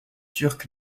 turc